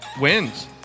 Wins